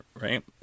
right